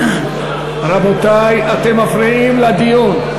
רבותי, אתם מפריעים לדיון.